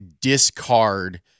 discard